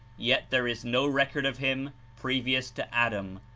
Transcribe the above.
yet there is no record of him previous to adam,